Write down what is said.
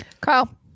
kyle